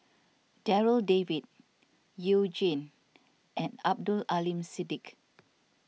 Darryl David You Jin and Abdul Aleem Siddique